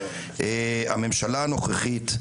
הממשלה הנוכחית,